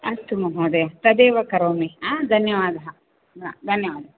अस्तु महोदय तदेव करोमि आ धन्यवादाः धन्यवादः